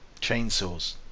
chainsaws